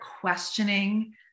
questioning